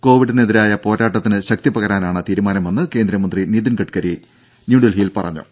കോവിഡിനെതിരായ പോരാട്ടത്തിന് ശക്തി പകരാനാണ് തീരുമാനമെന്ന് കേന്ദ്രമന്ത്രി നിതിൻ ഗഡ്കരി ന്യൂഡൽഹിയിൽ പറഞ്ഞു